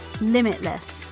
limitless